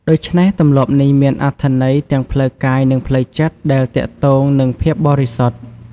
ដូច្នេះ ទម្លាប់នេះមានអត្ថន័យទាំងផ្លូវកាយនិងផ្លូវចិត្ត ដែលទាក់ទងនឹងភាពបរិសុទ្ធ។